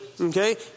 Okay